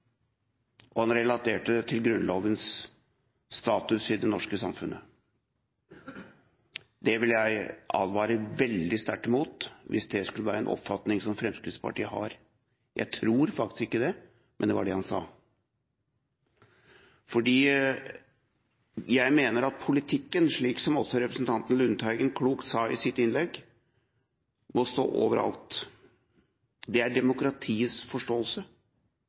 grense. Han relaterte det til Grunnlovens status i det norske samfunnet. Det vil jeg advare veldig sterkt imot – hvis det skulle være en oppfatning Fremskrittspartiet har, jeg tror faktisk ikke det er det, men det var det han sa – fordi jeg mener at politikken, slik som også representanten Lundteigen klokt sa i sitt innlegg, må stå over alt. Det er demokratiets forståelse.